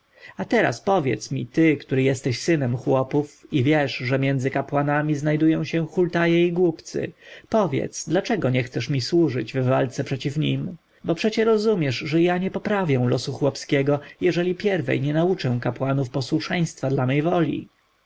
a teraz powiedz mi ty który jesteś synem chłopów i wiesz że między kapłanami znajdują się hultaje i głupcy powiedz dlaczego nie chcesz mi służyć w walce przeciw nim bo przecie rozumiesz że ja nie poprawię losu chłopskiego jeżeli pierwej nie nauczę kapłanów posłuszeństwa dla mojej woli